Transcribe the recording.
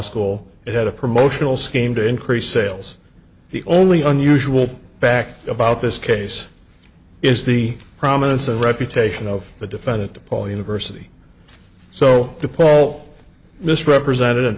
school that had a promotional scheme to increase sales he only unusual back about this case is the prominence of reputation of the defendant to paul university so to paul misrepresented and